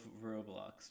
Roblox